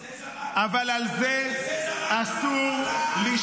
בגלל זה זרקת --- אבל על זה אסור לשתוק.